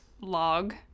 log